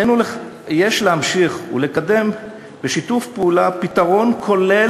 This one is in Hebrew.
יש להמשיך ולקדם בשיתוף פעולה פתרון כולל